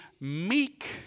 meek